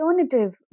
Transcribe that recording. alternative